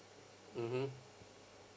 mmhmm